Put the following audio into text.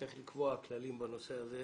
צריך לקבוע כללים בנושא הזה.